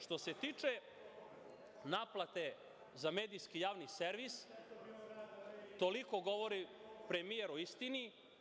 Što se tiče naplate za medijski javni servis, toliko govori premijer o istini.